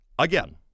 Again